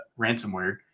ransomware